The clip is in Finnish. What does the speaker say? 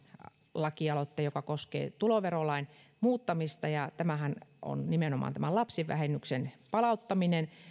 lakialoitteen joka koskee tuloverolain muuttamista ja tämähän on nimenomaan tämän lapsivähennyksen palauttaminen